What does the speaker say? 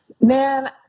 Man